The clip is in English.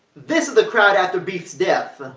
this the crowd after beef's death.